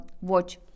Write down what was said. watch